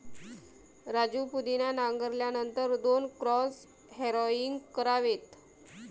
राजू पुदिना नांगरल्यानंतर दोन क्रॉस हॅरोइंग करावेत